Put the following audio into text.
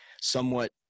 somewhat